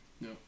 No